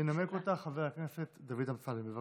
ינמק אותה חבר הכנסת דוד אמסלם, בבקשה.